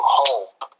hope